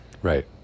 Right